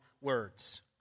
words